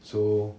so